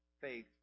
faith